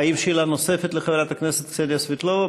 האם יש שאלה נוספת לחברת הכנסת קסניה סבטלובה?